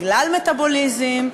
בגלל מטבוליזם,